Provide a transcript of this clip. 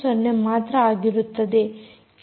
0 ಮಾತ್ರ ಆಗಿರುತ್ತದೆ